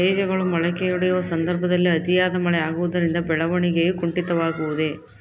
ಬೇಜಗಳು ಮೊಳಕೆಯೊಡೆಯುವ ಸಂದರ್ಭದಲ್ಲಿ ಅತಿಯಾದ ಮಳೆ ಆಗುವುದರಿಂದ ಬೆಳವಣಿಗೆಯು ಕುಂಠಿತವಾಗುವುದೆ?